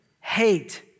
hate